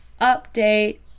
update